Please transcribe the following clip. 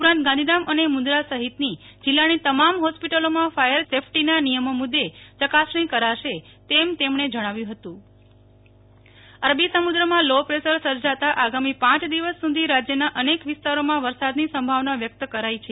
ઉપરાંત ગાંધીધામ અને મુંદરા સહિતની જીલ્લાની તમામ હોસ્પિટલોમાં ફાયર સેફ્ટીના નિયમો મુ દે ચકાસમી કરાશે તેમ કહ્યુ હતું નેહ્લ ઠક્કર હવામાન અરબી સમુદ્રમાં લો પ્રેસર સર્જાતા આગામી પાંચ દિવસ સુધી રાજ્યના અનેક વિસ્તારોમાં વરસાદની સંભાવના વ્યક્ત કરાઈ છે